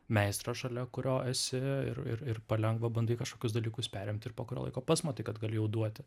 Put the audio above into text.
meistro šalia kurio esi ir ir ir palengva bandai kažkokius dalykus perimt ir po kurio laiko pats matai kad gali jau duoti